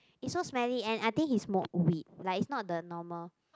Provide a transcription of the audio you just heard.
it's so smelly and I think he smoke weed like it's not the normal